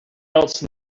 else